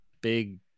big